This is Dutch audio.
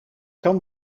kan